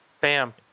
Bam